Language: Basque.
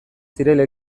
zirela